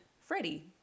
Freddie